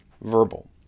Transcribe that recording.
verbal